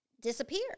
disappear